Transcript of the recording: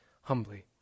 humbly